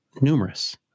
numerous